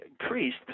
increased